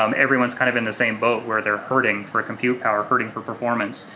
um everyone's kind of in the same boat where they're hurting for a compute power, hurting for performance.